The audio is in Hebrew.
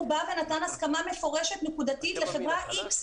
הוא נתן הסכמה מפורשת נקודתית לחברה X,